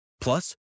Plus